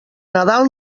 nadal